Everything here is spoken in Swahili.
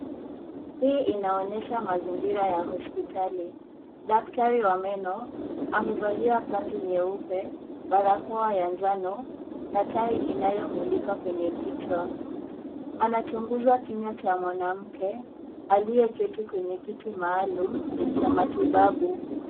Hii inaonesha mazingira ya hospitali. Daktari wa meno, amevalia kanzu nyeupe, barakoa ya njano na tai inayomulika kwenye kichwa. Anachunguza kinywa cha mwanamke, aliyeketi kwenye kiti maalum cha matibabu.